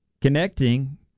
connecting